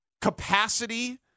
capacity